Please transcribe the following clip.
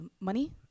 money